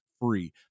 free